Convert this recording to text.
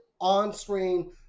on-screen